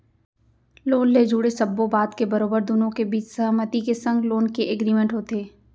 loan ले जुड़े सब्बो बात के बरोबर दुनो के बीच सहमति के संग लोन के एग्रीमेंट होथे